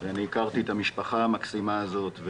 אני הכרתי את המשפחה המקסימה הזאת,